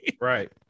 right